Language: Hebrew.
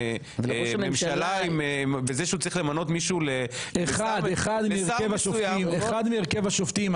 ממשלה וזה שהוא צריך למנות מישהו לשר --- אחד מהרכב השופטים,